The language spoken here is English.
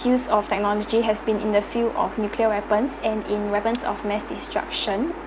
use of technology has been in the field of nuclear weapons and in weapons of mass destruction